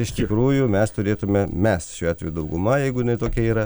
iš tikrųjų mes turėtume mes šiuo atveju dauguma jeigu jinai tokia yra